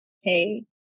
hey